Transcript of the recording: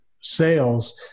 sales